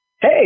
Hey